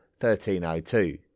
1302